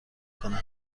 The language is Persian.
کنم